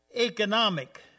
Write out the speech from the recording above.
economic